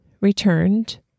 returned